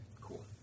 Cool